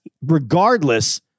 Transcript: regardless